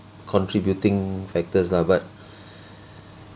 contributing factors lah but